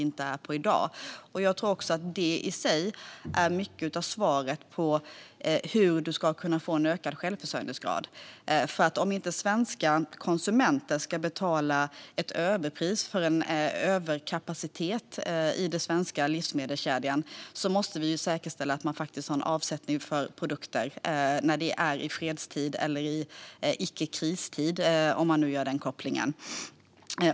Det är i sig en stor del av svaret på hur vi ska kunna få en ökad självförsörjningsgrad. Om inte svenska konsumenter ska betala överpris för en överkapacitet i den svenska livsmedelskedjan måste vi nämligen säkerställa att man har avsättning för produkter i fredstid eller icke kristid, om man nu gör den kopplingen.